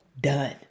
done